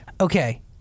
Okay